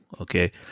okay